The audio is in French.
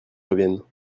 reviennes